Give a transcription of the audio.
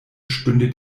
stünde